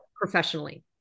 professionally